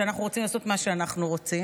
כשאנחנו רוצים